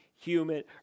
human